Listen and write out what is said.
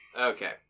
Okay